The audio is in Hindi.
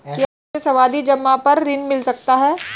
क्या मुझे सावधि जमा पर ऋण मिल सकता है?